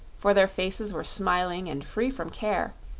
for their faces were smiling and free from care,